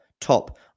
top